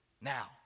Now